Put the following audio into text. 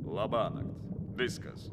labanakt viskas